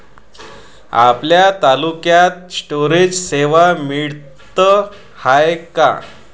आपल्या तालुक्यात स्टोरेज सेवा मिळत हाये का?